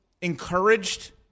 encouraged